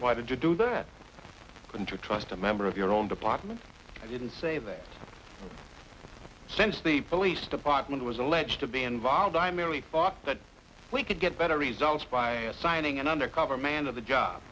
why did you do that than to trust a member of your own department i didn't say that since the police department was alleged to be involved i merely thought that we could get better results by assigning an undercover man of the job